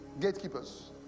gatekeepers